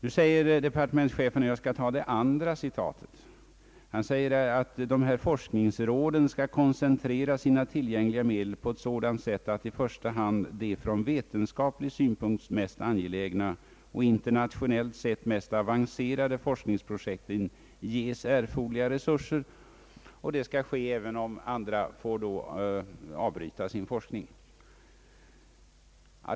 Å andra sidan säger statsrådet att de här forskningsråden skall »koncentrera sina tillgängliga medel på ett sådant sätt att i första hand de från vetenskaplig synpunkt mest angelägna och internationellt sett mest avancerade forskningsprojekten ges erforderliga resurser». Så skall alltså ske även om andra då får avbryta sin forskning.